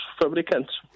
fabricantes